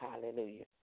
Hallelujah